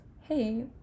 hey